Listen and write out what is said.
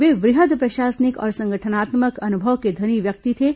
वे वृहद प्रशासनिक और संगठनात्मक अनुभव के धनी व्यक्ति थे